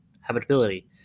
habitability